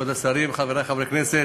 חברי חברי הכנסת,